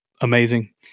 amazing